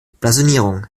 blasonierung